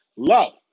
Love